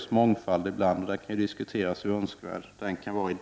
sammanhang finns det ibland en mångfald, och det kan diskuteras hur önskvärd den är.